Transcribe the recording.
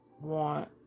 want